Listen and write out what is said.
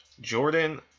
Jordan